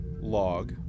log